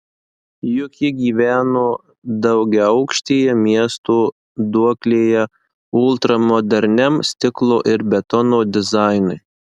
juk ji gyveno daugiaaukštyje miesto duoklėje ultramoderniam stiklo ir betono dizainui